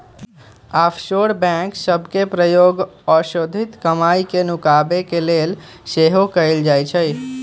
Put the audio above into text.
offshore bank सभ के प्रयोग अघोषित कमाई के नुकाबे के लेल सेहो कएल जाइ छइ